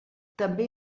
també